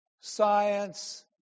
Science